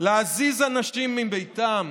להזיז אנשים מביתם,